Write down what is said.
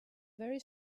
very